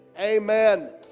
Amen